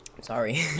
Sorry